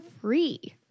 free